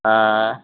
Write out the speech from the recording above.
ஆ